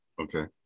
Okay